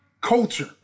culture